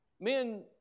Men